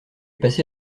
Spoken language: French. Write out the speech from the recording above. passé